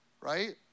right